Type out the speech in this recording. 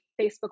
Facebook